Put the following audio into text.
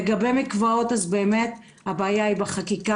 לגבי מקוואות אז באמת הבעיה היא בחקיקה,